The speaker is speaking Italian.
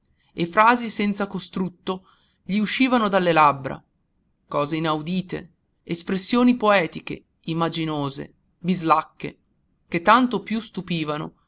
e frasi senza costrutto gli uscivano dalle labbra cose inaudite espressioni poetiche immaginose bislacche che tanto più stupivano in